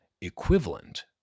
equivalent